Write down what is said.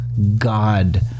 God